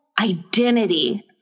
identity